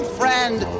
friend